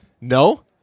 No